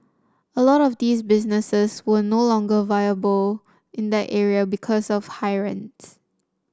a lot of these businesses were no longer viable in that area because of high rents